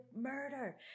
murder